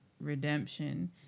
redemption